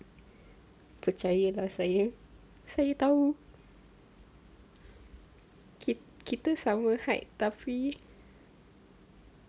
percayalah saya saya tahu ki~ kita sama height tapi